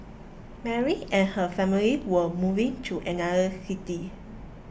Mary and her family were moving to another city